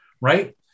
right